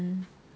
mm